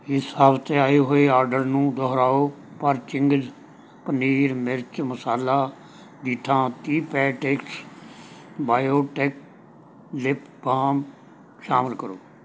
ਇਸ ਹਫ਼ਤੇ ਆਏ ਹੋਏ ਆਰਡਰ ਨੂੰ ਦੁਹਰਾਓ ਪਰ ਚਿੰਗਜ਼ ਪਨੀਰ ਮਿਰਚ ਮਸਾਲਾ ਦੀ ਥਾਂ ਤੀਹ ਪੈਕਿਟਸ ਬਾਇਓਟਿਕ ਲਿਪ ਬਾਮ ਸ਼ਾਮਲ ਕਰੋ